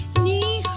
ni